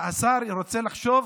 השר רוצה לחשוב.